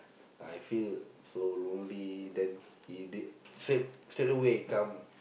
I feel so lonely then he did straight straight away come